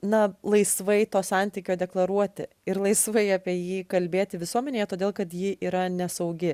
na laisvai to santykio deklaruoti ir laisvai apie jį kalbėti visuomenėje todėl kad ji yra nesaugi